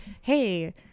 hey